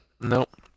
Nope